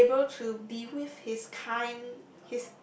be able to be with his kind